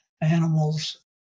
animals